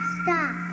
stop